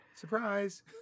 Surprise